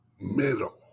middle